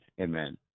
amen